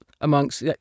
amongst